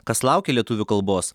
kas laukia lietuvių kalbos